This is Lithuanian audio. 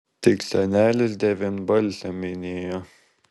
tik senelis devynbalsę minėjo